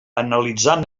analitzant